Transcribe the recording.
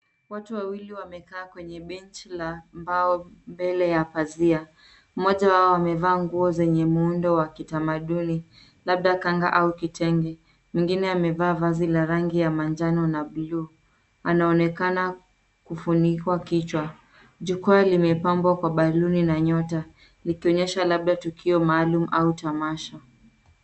Watu wawili wamekaa kwenye benchi la mbao mbele ya pazia. Mmoja wao amevaa nguo zenye muundo wa kitamaduni labda kanga au kitenge. Mwingine amevaa vazi la rangi ya manjano na bluu. Anaonekana kufunikwa kichwa. Jukwaa limepambwa kwa balloon na nyota likionyesha labda tukio maalum au tamasha.